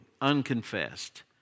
unconfessed